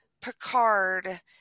Picard